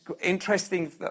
interesting